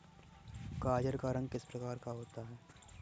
गाजर का रंग किस प्रकार का होता है?